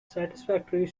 satisfactorily